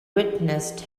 witnessed